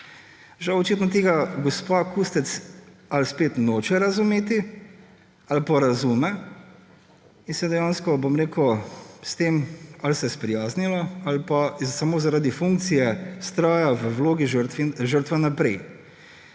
Žal očitno tega gospa Kustec ali spet noče razumeti ali pa razume in se je dejansko s tem sprijaznila, ali pa samo zaradi funkcije vztraja v vlogi žrtve naprej.